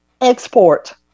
Export